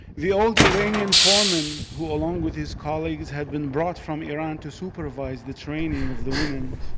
the old iranian foreman who, along with his colleagues, had been brought from iran to supervise the training of the women,